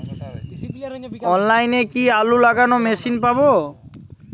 অনলাইনে কি আলু লাগানো মেশিন পাব?